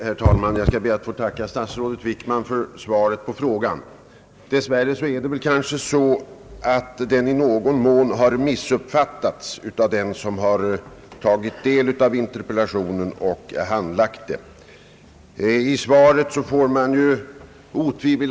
Herr talman! Jag skall be att få tacka statsrådet Wickman för svaret på min interpellation. Dess värre är det kanske så, att den i någon mån missuppfattats av dem som tagit del av interpellationen och handlagt den.